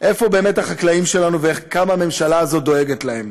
איפה באמת החקלאים שלנו וכמה הממשלה הזאת דואגת להם?